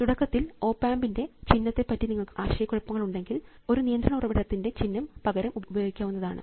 തുടക്കത്തിൽ ഓപ് ആമ്പിൻറെ ചിഹ്നത്തെ പറ്റി നിങ്ങൾ കുറച്ച് ആശയക്കുഴപ്പത്തിൽ ആണെങ്കിൽ ഒരു നിയന്ത്രണ ഉറവിടത്തിൻറെ ചിഹ്നം പകരം ഉപയോഗിക്കാവുന്നതാണ്